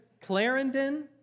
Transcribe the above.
Clarendon